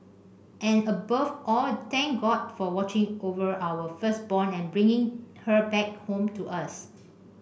and above all thank God for watching over our firstborn and bringing her back home to us